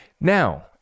Now